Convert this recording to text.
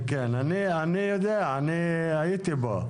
אני יודע, אני הייתי פה.